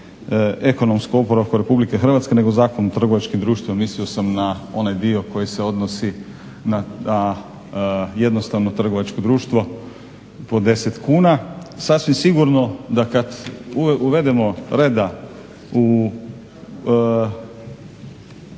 ekonomskom oporavku RH nego Zakon o trgovačkim društvima. Mislio sam na onaj dio koji se odnosi na jednostavno trgovačko društvo po 10 kuna. Sasvim sigurno da kad uvedemo reda u